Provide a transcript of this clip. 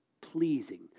pleasing